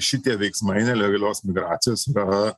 šitie veiksmai nelegalios migracijos yra